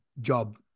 job